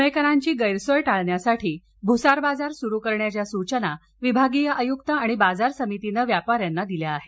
पुणेकरांची गैरसोय टाळण्यासाठी भुसार बाजार सुरू करण्याच्या सूचना विभागीय आयुक्त आणि बाजार समितीनं व्यापाऱ्यांना दिल्या आहेत